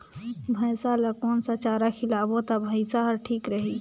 भैसा ला कोन सा चारा खिलाबो ता भैंसा हर ठीक रही?